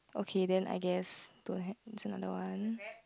okay then I guess don't have is there another one